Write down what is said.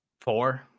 Four